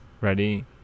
Ready